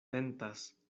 tentas